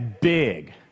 big